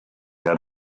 had